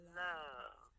love